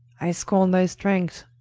i scorne thy strength.